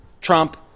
Trump